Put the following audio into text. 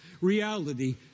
reality